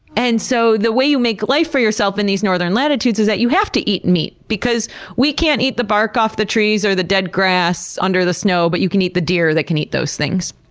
and so the way you make life for yourself in these northern latitudes is, you have to eat meat, because we can't eat the bark off the trees, or the dead grass under the snow, but you can eat the deer that can eat those things.